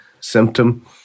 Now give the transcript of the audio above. symptom